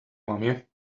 mamie